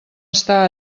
està